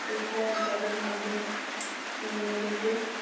এটা জলের মধ্যে নদীতে